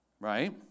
Right